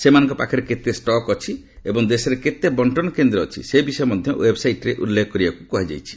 ତାଙ୍କ ପାଖରେ କେତେ ଷ୍ଟକ୍ ଅଛି ଏବଂ ଦେଶରେ କେତେ ବର୍ଷନ କେନ୍ଦ୍ର ଅଛି ସେ ବିଷୟ ମଧ୍ୟ ଓ୍ୱେବ୍ସାଇଟ୍ରେ ଉଲ୍ଲେଖ କରିବାକୁ କୁହାଯାଇଛି